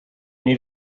need